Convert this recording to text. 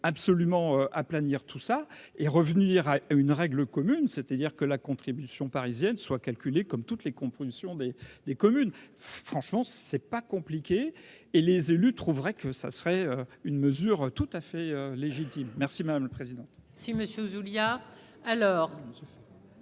absolument aplanir tout ça est revenir à une règle commune, c'est-à-dire que la contribution parisienne soit calculé comme toutes les compromissions des des communes, franchement c'est pas compliqué et les élus trouveraient que ça serait une mesure tout à fait légitime merci madame la présidente.